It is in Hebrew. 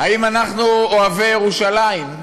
האם אנחנו אוהבי ירושלים?